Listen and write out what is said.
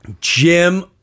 Jim